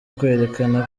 kwerekana